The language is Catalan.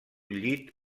llit